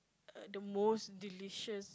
err the most delicious